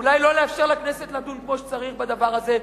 אולי לא לאפשר לכנסת לדון כמו שצריך בדבר הזה,